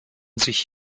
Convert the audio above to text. sich